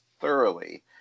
thoroughly